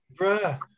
Bruh